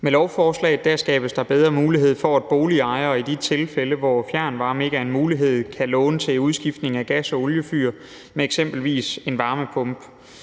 Med lovforslaget skabes der bedre mulighed for, at boligejere i de tilfælde, hvor fjernvarme ikke er en mulighed, kan låne til udskiftning af gas- og oliefyr med eksempelvis en varmepumpe.